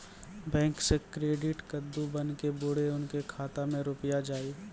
Bank से credit card बन के बुरे उनके खाता मे रुपिया जाएब?